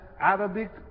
Arabic